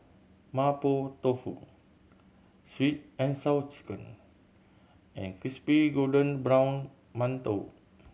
Mapo Tofu Sweet And Sour Chicken and crispy golden brown mantou